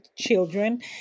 children